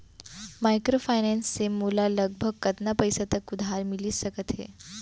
Microfinance से मोला लगभग कतना पइसा तक उधार मिलिस सकत हे?